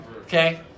Okay